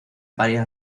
varias